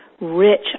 rich